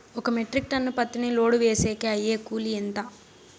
ఒక metric ton పత్తిని load వేసేకి అయ్యే కూలి ఎంత?